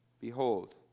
Behold